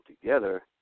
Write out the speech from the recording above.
together